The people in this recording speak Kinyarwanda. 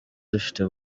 dufite